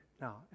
now